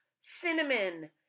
cinnamon